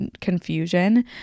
confusion